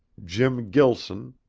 jim gilson,